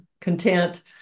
content